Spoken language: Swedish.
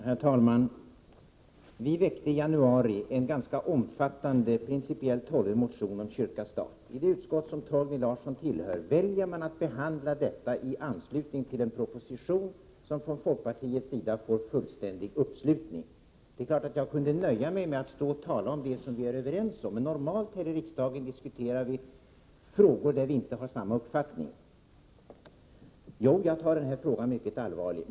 Herr talman! Vi väckte i januari en ganska omfattande, principiellt hållen motion om kyrka-stat. I det utskott som Torgny Larsson tillhör väljer man att behandla denna motion i anslutning till en proposition som från folkpartiets sida fått fullständig uppslutning. Det är klart att jag kunde nöja mig med att stå och tala om det som vi är överens om. Men normalt diskuterar vi här i riksdagen frågor där vi inte har samma uppfattning. Jo, jag tar den här frågan mycket allvarligt.